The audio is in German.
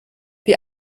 wie